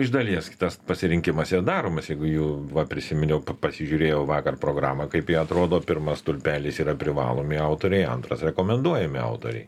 iš dalies gi tas pasirinkimas ir daromas jeigu jau va prisiminiau pasižiūrėjau vakar programą kaip ji atrodo pirmas stulpelis yra privalomi autoriai antras rekomenduojami autoriai